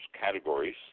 categories